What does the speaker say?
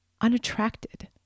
unattracted